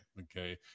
Okay